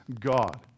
God